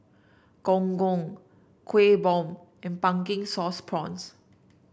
Gong Gong Kueh Bom and Pumpkin Sauce Prawns